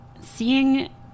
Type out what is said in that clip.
seeing